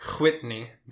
whitney